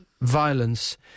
violence